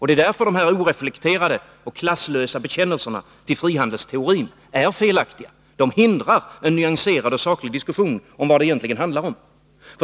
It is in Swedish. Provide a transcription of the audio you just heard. Det är därför de här oreflekterade och klasslösa bekännelserna till frihandelsteorin är felaktiga. De hindrar en nyanserad och saklig diskussion om vad det egentligen handlar om.